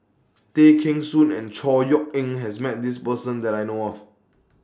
Tay Kheng Soon and Chor Yeok Eng has Met This Person that I know of